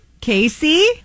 Casey